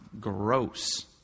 gross